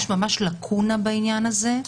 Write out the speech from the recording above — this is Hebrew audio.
יש ממש לקונה בעניין הזה,